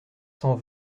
cent